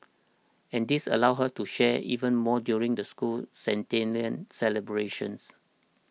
and this allows her to share even more during the school's centennial celebrations